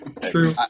True